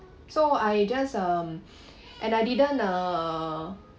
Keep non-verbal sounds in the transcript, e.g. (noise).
so I just um (breath) and I didn't uh